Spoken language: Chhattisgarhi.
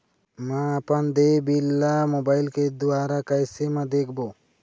म अपन देय बिल ला मोबाइल के द्वारा कैसे म देखबो?